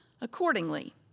Accordingly